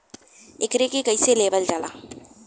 एकरके कईसे लेवल जाला?